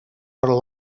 her